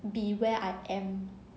be where I am